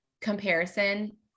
comparison